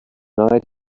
denied